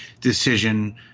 decision